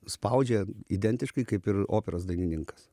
spaudžia identiškai kaip ir operos dainininkas